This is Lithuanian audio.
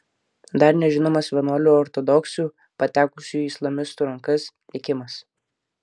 dar nežinomas vienuolių ortodoksių patekusių į islamistų rankas likimas